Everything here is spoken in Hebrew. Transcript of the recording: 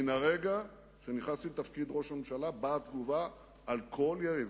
מן הרגע שנכנסתי לתפקיד ראש הממשלה באה תגובה על כל ירי.